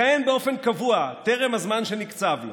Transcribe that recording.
" לכהן באופן קבוע טרם הזמן שנקצב לו,